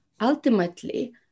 ultimately